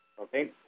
Okay